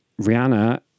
Rihanna